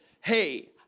hey